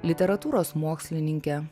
literatūros mokslininke